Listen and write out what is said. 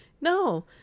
No